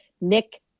Nick